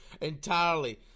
entirely